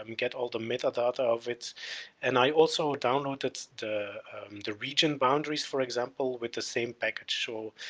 um get all the metadata of it and i also downloaded the the region boundaries for example with the same package so,